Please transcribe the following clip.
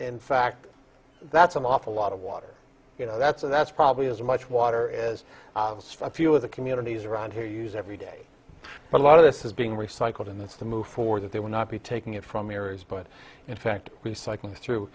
and fact that's an awful lot of water you know that's a that's probably as much water as a few of the communities around here use every day but a lot of this is being recycled and that's the move for that they will not be taking it from areas but in fact recycling through